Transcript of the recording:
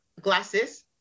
glasses